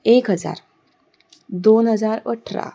एक हजार दोन हजार अठरा